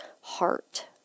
heart